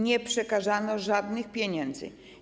Nie przekazano żadnych pieniędzy.